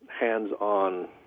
hands-on